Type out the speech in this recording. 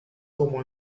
como